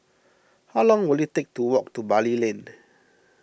how long will it take to walk to Bali Lane